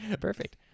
Perfect